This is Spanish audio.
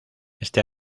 este